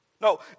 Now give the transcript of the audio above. No